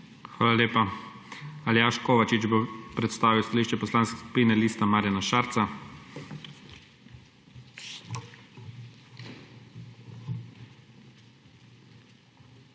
Hvala lepa. Aljaž Kovačič bo predstavil stališče Poslanske skupine Liste Marjana Šarca.